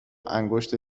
انگشت